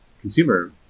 consumer